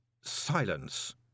Silence